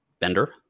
bender